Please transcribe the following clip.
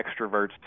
extroverts